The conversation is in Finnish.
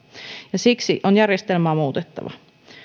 ja siksi on järjestelmää muutettava